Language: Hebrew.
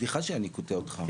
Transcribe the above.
סליחה שאני קוטע אותך,